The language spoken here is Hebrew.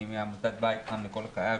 אני מעמותת בית חם לכל חייל,